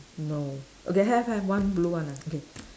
no okay have have one blue one ah okay